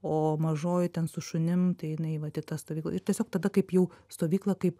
o mažoji ten su šunim tai jinai vat į tą stovyklą ir tiesiog tada kaip jau stovykla kaip